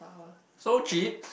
so cheap